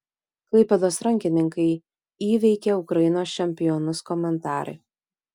klaipėdos rankininkai įveikė ukrainos čempionus komentarai